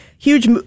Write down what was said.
Huge